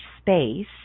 space